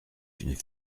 une